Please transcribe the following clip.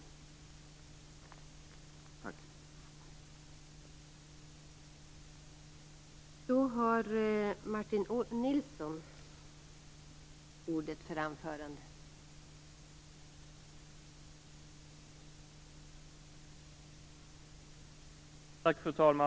Tack!